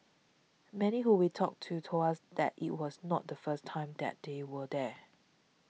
many who we talked to told us that it was not the first time that they were there